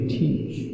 teach